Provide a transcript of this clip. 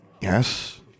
Yes